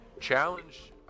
Challenge